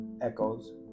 Echoes